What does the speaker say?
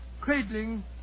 cradling